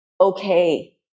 okay